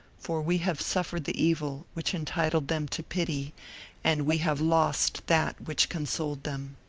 for we have suffered the evil which entitled them to pity and we have lost that which consoled them.